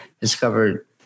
discovered